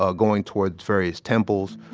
ah going towards various temples.